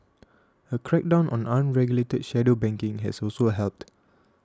a crackdown on unregulated shadow banking has also helped